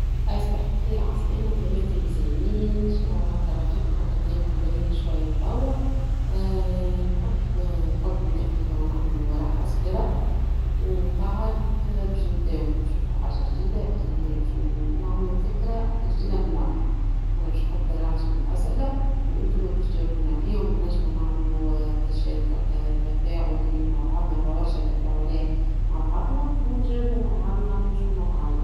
إذا لاحظت طلابي فقدوا الانتباه، نحب نغير طريقة التدريس. نستخدم أساليب تفاعلية مثل الألعاب أو النقاشات. نحب نشاركهم في الأنشطة، ونسألهم أسئلة تثير فضولهم. نحب نخلق جو من المرح والدراسة في نفس الوقت. الهدف هو أن يتفاعلوا ويكونوا مركزين.